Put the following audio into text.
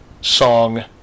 song